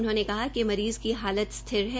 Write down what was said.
उन्होंने कहा कि मरीज़ की हालत स्थिर है